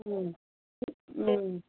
ꯎꯝ ꯎꯝ